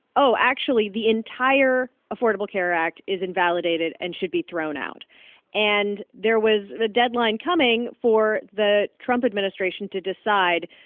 oh, actually the entire affordable care act is invalidated and should be thrown out and there was the deadline coming for the trump administration to decide,